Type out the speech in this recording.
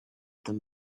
them